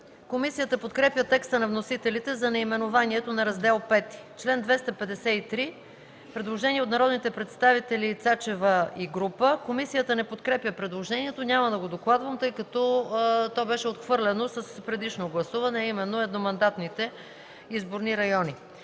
Комисията подкрепя текста на вносителите за наименованието на Раздел V. По чл. 253 има предложение от народните представители Цецка Цачева и група народни представители. Комисията не подкрепя предложението. Няма да го докладвам, тъй като то беше отхвърлено с предишно гласуване, а именно едномандатните изборни райони.